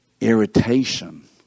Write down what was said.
irritation